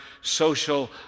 social